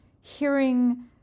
hearing